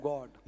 God।